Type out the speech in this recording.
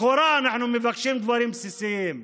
לכאורה אנחנו מבקשים דברים בסיסיים,